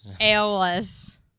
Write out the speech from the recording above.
Aeolus